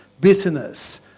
bitterness